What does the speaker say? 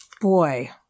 boy